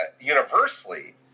universally